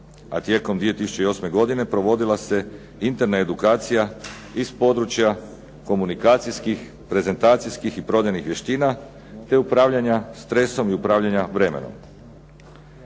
a tijekom 2008. godine provodila se interna edukacija iz područja komunikacijskih, prezentacijskih i prodajnih vještina, te upravljanja stresom i upravljanja vremenom.